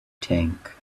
tank